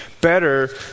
better